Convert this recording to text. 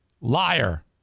Liar